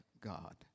God